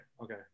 okay